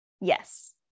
Yes